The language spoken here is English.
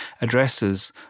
addresses